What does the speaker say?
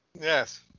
yes